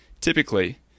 Typically